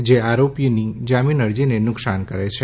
જે આરોપીની જામીન અરજીને નુકસાન કરે છે